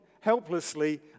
helplessly